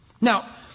Now